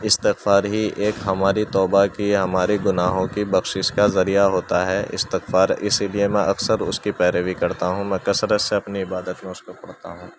استغفار ہی ایک ہماری توبہ کی ہمارے گناہوں کی بخشش کا ذریعہ ہوتا ہے استغفار اسی لیے میں اکثر اس کی پیروی کرتا ہوں میں کثرت سے اپنی عبادت میں اس کو پڑھتا ہوں